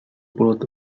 pulled